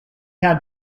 had